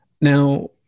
Now